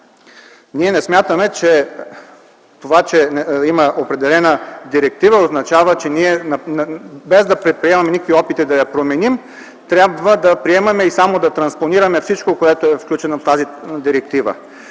Ние не смятаме, че това че има определена директива означава, че, без да предприемаме никакви опити да я променим, трябва да приемаме и само да транспонираме всичко, което е включено в тази директива.